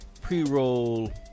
pre-roll